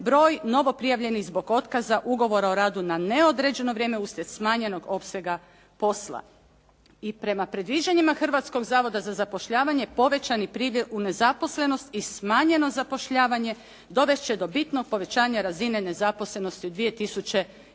broj novo prijavljenih zbog otkaza, ugovora o radu na neodređeno vrijeme, uslijed smanjenog opsega posla. I prema predviđanjima Hrvatskoga zavoda za zapošljavanje, povećani priljev u nezaposlenost i smanjeno zapošljavanje dovesti će do bitnog povećanja razine nezaposlenosti u 2009.